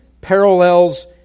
parallels